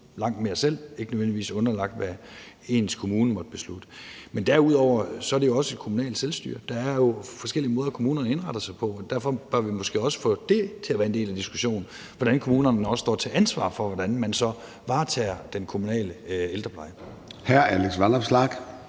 langt mere selv og ikke nødvendigvis er underlagt, hvad ens kommune måtte beslutte. Men derudover er der jo også det kommunale selvstyre. Der er jo forskellige måder, kommunerne indretter sig på. Derfor bør vi måske også få det til at være en del af diskussionen, nemlig hvordan kommunerne også står til ansvar for, hvordan man så varetager den kommunale ældrepleje.